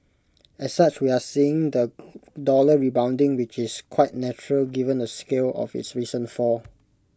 as such we are seeing the dollar rebounding which is quite natural given the scale of its recent fall